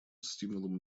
стимулом